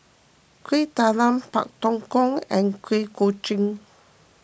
Kueh Talam Pak Thong Ko and Kuih Kochi